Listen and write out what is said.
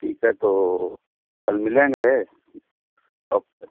ٹھیک ہے تو کل ملیں گے شاپ پہ